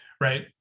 Right